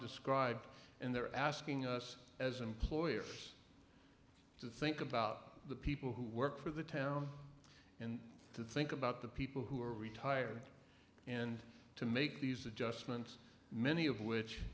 described and they're asking us as employers to think about the people who work for the town and to think about the people who are retired and to make these adjustments many of which